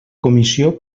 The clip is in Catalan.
comissió